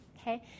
Okay